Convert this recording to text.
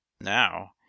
now